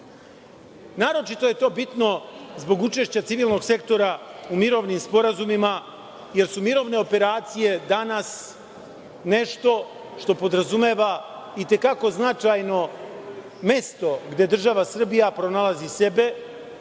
Naročito je to bitno zbog učešća civilnog sektora u mirovnim sporazumima, jer su mirovne operacije danas nešto što podrazumeva i te kako značajno mesto gde država Srbija pronalazi sebe,